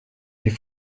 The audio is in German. die